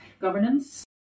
governance